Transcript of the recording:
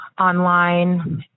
online